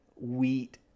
wheat